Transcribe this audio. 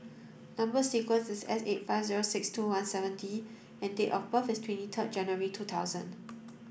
number sequence is S eight five zero six two one seven D and date of birth is twenty third January two thousand